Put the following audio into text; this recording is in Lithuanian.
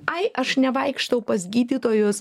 ai aš nevaikštau pas gydytojus